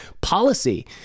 policy